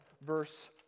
verse